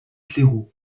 claireaux